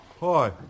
Hi